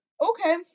okay